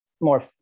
more